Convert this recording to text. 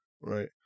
right